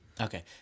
Okay